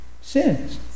sins